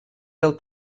del